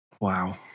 Wow